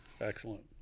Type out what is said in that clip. Excellent